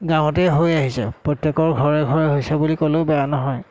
গাঁৱতে হৈ আহিছে প্ৰত্যেকৰ ঘৰে ঘৰে হৈছে বুলি ক'লেও বেয়া নহয়